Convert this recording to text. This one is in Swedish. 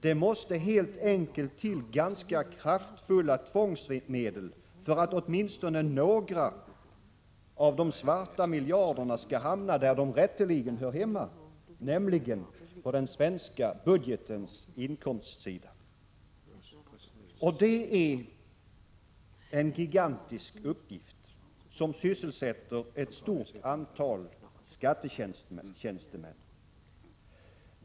Det måste helt enkelt till ganska kraftfulla tvångsmedel för att åtminstone några av de svarta miljarderna skall hamna där de rätteligen hör hemma, nämligen på den svenska budgetens inkomstsida. Det är en gigantisk uppgift, som sysselsätter ett stort antal skattetjänstemän.